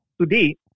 today